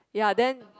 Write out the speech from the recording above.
ya then